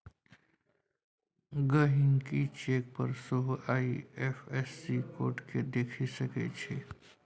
गहिंकी चेक पर सेहो आइ.एफ.एस.सी कोड केँ देखि सकै छै